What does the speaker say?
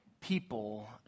People